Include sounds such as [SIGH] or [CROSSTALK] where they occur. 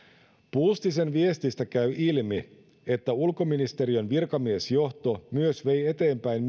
puustisen viestistä käy ilmi että ulkoministeriön virkamiesjohto myös vei eteenpäin [UNINTELLIGIBLE]